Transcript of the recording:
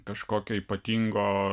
kažkokio ypatingo